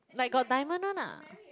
like got diamond one ah